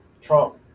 trump